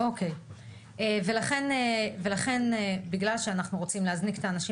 אוקי ולכן בגלל שאנחנו רוצים להזניק את האנשים